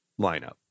lineup